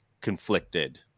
conflicted